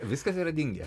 viskas yra dingę